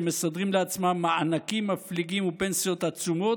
שמסדרים לעצמם מענקים מפליגים ופנסיות עצומות,